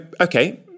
okay